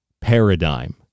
paradigm